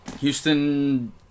Houston